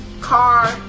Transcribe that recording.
car